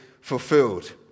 fulfilled